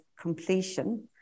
completion